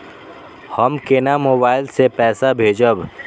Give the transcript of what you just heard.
हम केना मोबाइल से पैसा भेजब?